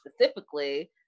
specifically